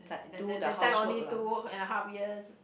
that that that time only two and a half years